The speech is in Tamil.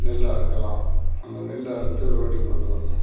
நெல்லு அறுக்கலாம் அந்த நெல்லை அறுத்து ரோட்டுக்கு கொண்டு வரணும்